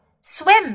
swim